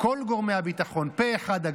כל גורמי הביטחון פה אחד,